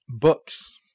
books